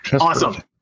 Awesome